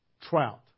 Trout